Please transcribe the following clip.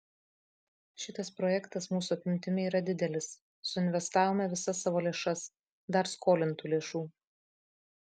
šitas projektas mūsų apimtimi yra didelis suinvestavome visas savo lėšas dar skolintų lėšų